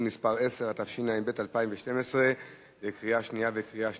מס' 10) בקריאה שנייה וקריאה שלישית.